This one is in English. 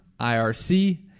IRC